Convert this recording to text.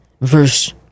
verse